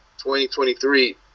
2023